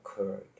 occurred